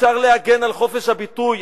אפשר להגן על חופש הביטוי,